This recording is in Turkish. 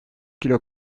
kilo